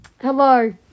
hello